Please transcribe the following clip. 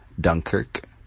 Dunkirk